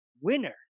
Winner